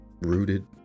rooted